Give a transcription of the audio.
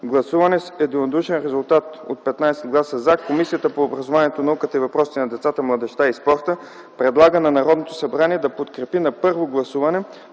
гласуване с единодушен резултат 15 гласа „за” Комисията по образованието, науката и въпросите на децата, младежта и спорта предлага на Народното събрание да подкрепи на първо гласуване